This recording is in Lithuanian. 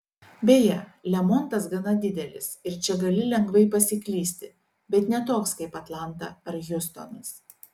beje lemontas gana didelis ir čia gali lengvai pasiklysti bet ne toks kaip atlanta ar hjustonas